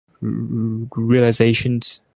realizations